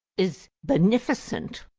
is beneficent,